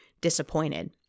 disappointed